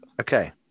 Okay